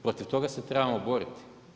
Protiv toga se trebamo boriti.